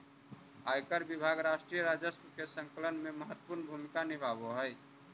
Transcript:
आयकर विभाग राष्ट्रीय राजस्व के संकलन में महत्वपूर्ण भूमिका निभावऽ हई